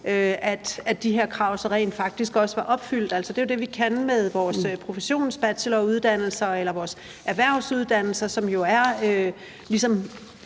at de her krav så rent faktisk også var opfyldt. Altså, det er jo det, vi kan med vores professionsbacheloruddannelser eller vores erhvervsuddannelser, som ligesom